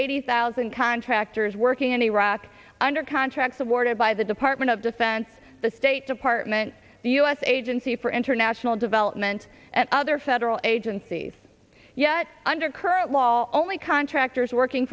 eighty thousand contractors working in iraq under contracts awarded by the department of defense the state department the u s agency for international development and other federal agencies yet under current law only contractors working